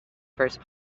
first